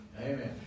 Amen